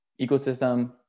ecosystem